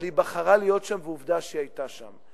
אבל היא בחרה להיות שם, ועובדה שהיא היתה שם.